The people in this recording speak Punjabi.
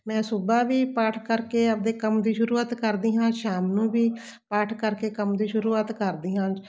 ਮੈਂ ਸੁਬਾਹ ਵੀ ਪਾਠ ਕਰਕੇ ਆਪਣੇ ਕੰਮ ਦੀ ਸ਼ੁਰੂਆਤ ਕਰਦੀ ਹਾਂ ਸ਼ਾਮ ਨੂੰ ਵੀ ਪਾਠ ਕਰਕੇ ਕੰਮ ਦੀ ਸ਼ੁਰੂਆਤ ਕਰਦੀ ਹਾਂ